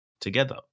together